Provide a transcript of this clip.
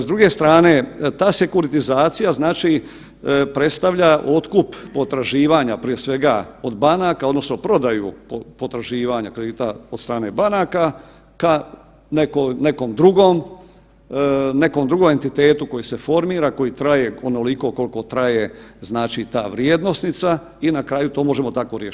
S druge strane, ta sekuritizacija znači predstavlja otkup potraživanja prije svega od banaka odnosno prodaju potraživanja kredita od strane banaka ka nekom drugom, nekom drugom entitetu koji se formira, koji traje onoliko kolko traje znači ta vrijednosnica i na kraju to možemo tako riješit.